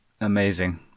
Amazing